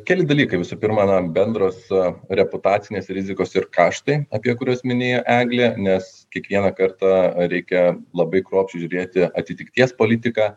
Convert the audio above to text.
keli dalykai visų pirma na bendros reputacinės rizikos ir kaštai apie kuriuos minėjo eglė nes kiekvieną kartą reikia labai kruopščiai žiūrėti atitikties politiką